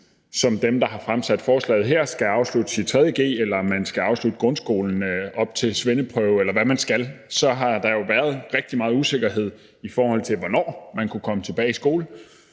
som dem, der har fremsat forslaget her, skal afslutte 3.g, eller man skal afslutte grundskolen, op til svendeprøve, eller hvad man skal. Der har været rigtig meget usikkerhed, i forhold til hvornår man kunne komme tilbage i skole,